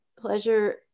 pleasure